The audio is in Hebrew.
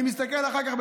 אני מסתכל: אחר כך,